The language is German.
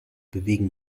bewegen